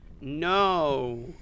no